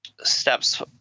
steps